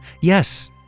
Yes